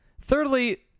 Thirdly